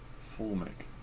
Formic